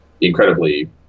incredibly